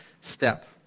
step